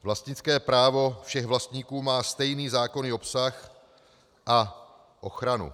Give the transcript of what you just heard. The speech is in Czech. Vlastnické právo všech vlastníků má stejný zákonný obsah a ochranu.